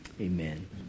amen